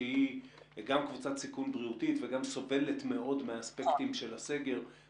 שהיא גם קבוצת סיכון בריאותית וגם סובלת מאוד מאספקטים של הסגר,